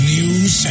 News